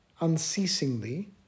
unceasingly